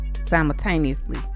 simultaneously